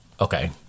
Okay